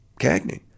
Cagney